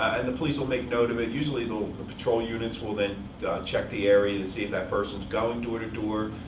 and the police will make note of it. usually the the patrol units will then check the area and see if that person is going door to door.